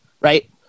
right